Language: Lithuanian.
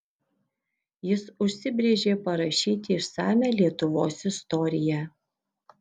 jis užsibrėžė parašyti išsamią lietuvos istoriją